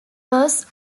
was